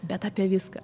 bet apie viską